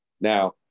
now